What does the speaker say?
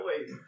wait